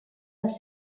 les